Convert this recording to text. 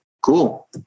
cool